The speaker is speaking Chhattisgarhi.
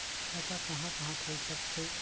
खाता कहा कहा खुल सकथे?